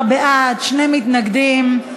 19 בעד, שני מתנגדים.